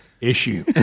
Issue